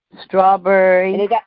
Strawberry